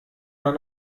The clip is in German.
man